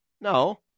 No